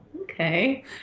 okay